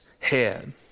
head